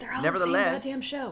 nevertheless